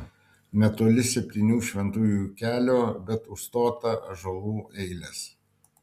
netoli septynių šventųjų kelio bet užstotą ąžuolų eilės